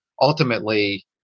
ultimately